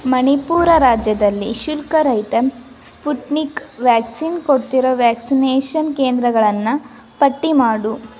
ಮಣಿಪುರ ರಾಜ್ಯದಲ್ಲಿ ಶುಲ್ಕರಹಿತ Sputnik vaccine ಕೊಡ್ತಿರೋ ವ್ಯಾಕ್ಸಿನೇಷನ್ ಕೇಂದ್ರಗಳನ್ನು ಪಟ್ಟಿ ಮಾಡು